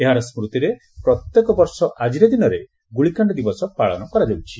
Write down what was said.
ଏହାର ସ୍କୁତିରେ ପ୍ରତ୍ୟେକ ବର୍ଷ ଆକିର ଦିନରେ ଗୁଳିକାଣ୍ଡ ଦିବସ ପାଳନ କରାଯାଉଛି